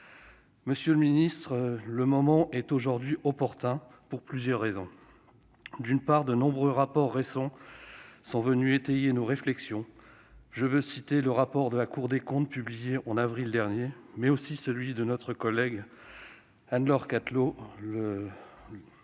Monsieur le ministre, le moment est aujourd'hui opportun, et ce pour plusieurs raisons. D'abord, de nombreux rapports récents sont venus étayer nos réflexions, comme celui de la Cour des comptes, publié en avril dernier, mais aussi celui de notre collègue députée Anne-Laure Cattelot, qui est